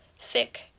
sick